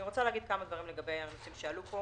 אני רוצה לומר כמה דברים על הנושאים שעלו פה,